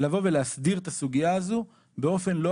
אפשר להוסיף למילות הפתיחה הבודדות שלך שזה